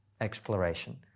exploration